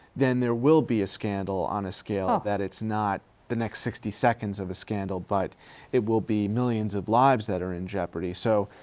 then there will be a scandal on a scale that it's not the next sixty seconds of a scandal, but it will be millions of lives that are in jeopardy. so,